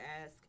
ask